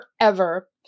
forever